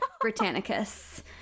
Britannicus